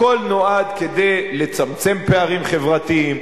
הכול נועד לצמצם פערים חברתיים,